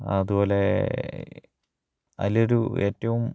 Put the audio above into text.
അതുപോലെ അതിലൊരു ഏറ്റവും